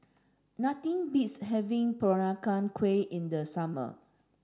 nothing beats having Peranakan Kueh in the summer